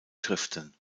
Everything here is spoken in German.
schriften